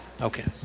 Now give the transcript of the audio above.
Okay